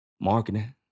marketing